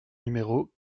numéro